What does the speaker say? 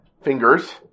fingers